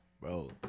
bro